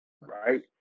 Right